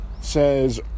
says